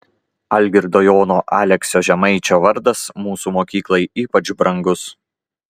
algirdo jono aleksio žemaičio vardas mūsų mokyklai ypač brangus